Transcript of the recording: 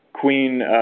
Queen